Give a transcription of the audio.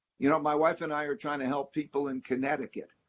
you know, my wife and i are trying to help people in connecticut.